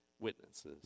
witnesses